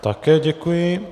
Také děkuji.